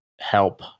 help